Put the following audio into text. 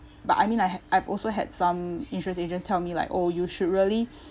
but I mean I ha I've also had some insurance agents tell me like oh you should really